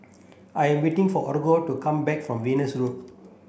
I'm waiting for Olga to come back from Venus Road